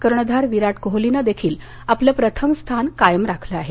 कर्णधार विराट कोहलीनं देखील आपलं प्रथम स्थान कायम राखलं आहे